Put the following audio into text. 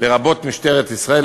לרבות משטרת ישראל,